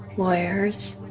lawyers.